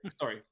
Sorry